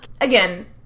Again